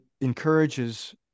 encourages